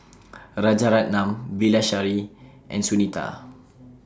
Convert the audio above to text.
Rajaratnam Bilahari and Sunita